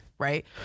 Right